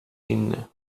inny